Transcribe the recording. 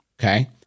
Okay